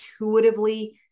intuitively